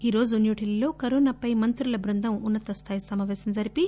ఈరోజు న్యూఢిల్లీలో కరోనాపై మంత్రుల బృందం ఉన్నతస్థాయి సమాపేశం జరిపి